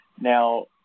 Now